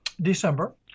December